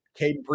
Caden